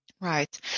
Right